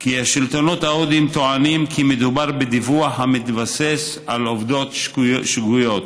כי השלטונות ההודיים טוענים כי מדובר בדיווח המתבסס על עובדות שגויות.